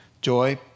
joy